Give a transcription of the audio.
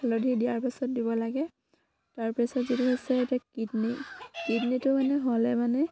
হালধি দিয়াৰ পিছত দিব লাগে তাৰপিছত যিটো হৈছে এতিয়া কিডনী কিডনীটো মানে হ'লে মানে